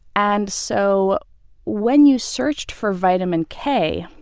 and so when you searched for vitamin k,